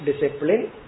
discipline